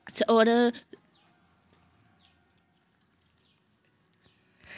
स होर